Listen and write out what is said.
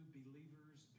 believers